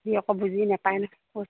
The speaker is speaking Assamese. সি আকৌ বুজি নাপায় নহয়